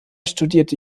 studierte